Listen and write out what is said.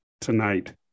tonight